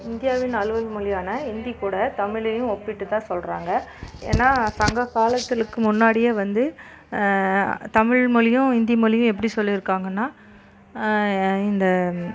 இந்தியாவின் நல்வென் மொழியான இந்திக்கூட தமிழையும் ஒப்பிட்டு தான் சொல்லுறாங்க ஏன்னா சங்ககாலத்துளுக்கு முன்னாடியே வந்து தமிழ் மொழியும் இந்தி மொழியும் எப்படி சொல்லிருக்காங்கன்னா இந்த